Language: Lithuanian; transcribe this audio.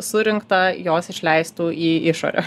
surinktą jos išleistų į išorę